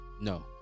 No